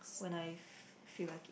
when I f~ feel like it